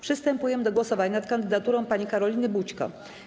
Przystępujemy do głosowania nad kandydaturą pani Karoliny Bućko.